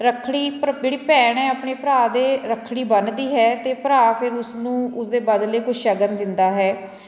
ਰੱਖੜੀ ਜਿਹੜੀ ਭੈਣ ਏ ਆਪਣੇ ਭਰਾ ਦੇ ਰੱਖੜੀ ਬੰਨਦੀ ਹੈ ਅਤੇ ਭਰਾ ਫਿਰ ਉਸਨੂੰ ਉਸਦੇ ਬਦਲੇ ਕੁਝ ਸ਼ਗਨ ਦਿੰਦਾ ਹੈ